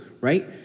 right